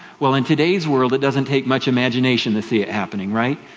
well in today's world it doesn't take much imagination to see it happening, right?